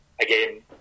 again